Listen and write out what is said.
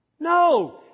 No